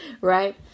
right